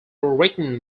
written